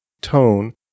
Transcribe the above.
tone